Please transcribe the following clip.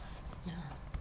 ya